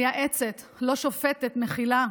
מייעצת, לא שופטת, מכילה,